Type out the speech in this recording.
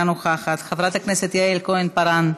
אינה נוכחת, חברת הכנסת יעל כהן-פארן,